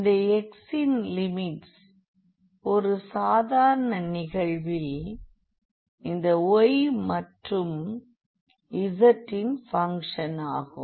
இந்த x இன் limits ஒரு சாதாரண நிகழ்வில் இந்த y மற்றும் z இன் பங்க்ஷன் ஆகும்